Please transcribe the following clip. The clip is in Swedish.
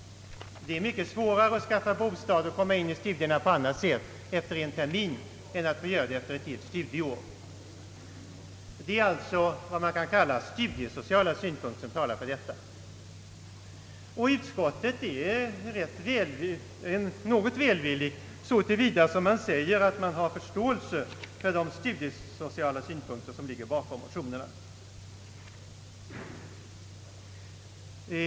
Det är mycket svårare att skaffa bostad och komma in i studierna vid växling av studieort efter en termin än att få göra det efter ett helt studieår. Det är alltså studiesociala synpunkter som talar för förslaget. Utskottet ställer sig välvilligt så till vida som man säger att man har förståelse för de studiesociala synpunkter som ligger bakom motionerna.